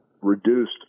reduced